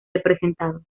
representado